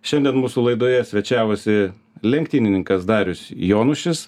šiandien mūsų laidoje svečiavosi lenktynininkas darius jonušis